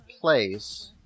place